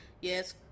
yes